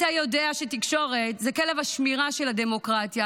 אתה יודע שתקשורת זה כלב השמירה של הדמוקרטיה,